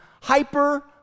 hyper